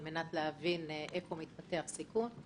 על מנת להבין איפה מתפתח סיכון.